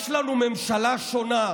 יש לנו ממשלה שונה.